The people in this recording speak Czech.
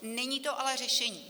Není to ale řešení.